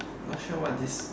not sure what this